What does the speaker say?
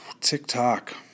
TikTok